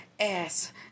ass